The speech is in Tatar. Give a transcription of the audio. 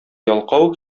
ялкау